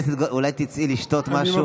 חברת הכנסת, אולי תצאי לשתות משהו.